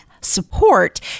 support